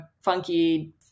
funky